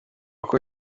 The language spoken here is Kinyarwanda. uko